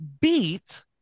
beat